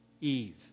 Eve